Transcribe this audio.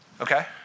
Okay